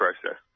process